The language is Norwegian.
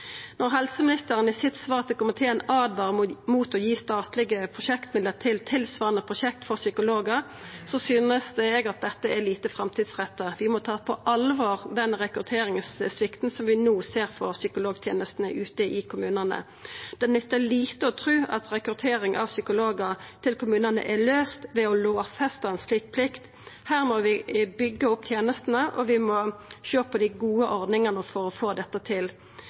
Når helseministeren i svaret sitt til komiteen åtvarar mot å gi statlege prosjektmidlar til tilsvarande prosjekt for psykologar, synest eg det er lite framtidsretta. Vi må ta på alvor den rekrutteringssvikten som vi no ser i psykologtenestene ute i kommunane. Det nyttar lite å tru at rekruttering av psykologar til kommunane er løyst ved å lovfesta ei slik plikt. Her må vi byggja opp tenestene, og vi må sjå på dei gode ordningane for å få dette til.